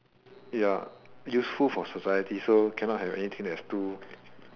ya useful for society so cannot have anything that's too